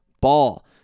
Ball